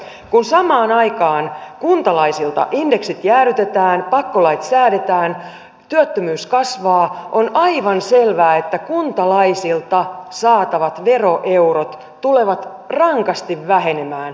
kun samaan aikaan kuntalaisilta indeksit jäädytetään pakkolait säädetään työttömyys kasvaa on aivan selvää että kuntalaisilta saatavat veroeurot tulevat rankasti vähenemään